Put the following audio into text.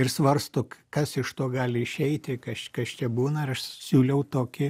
ir svarsto kas iš to gali išeiti kas kas čia būna ir aš siūliau tokį